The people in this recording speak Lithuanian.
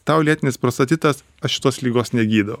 tau lėtinis prostatitas aš šitos ligos negydau